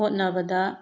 ꯍꯣꯠꯅꯕꯗ